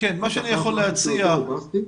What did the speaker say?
שאני יכול להציע --- צריך משהו יותר רובסטי,